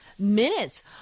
Minutes